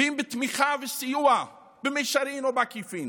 ואם בתמיכה וסיוע במישרין או בעקיפין.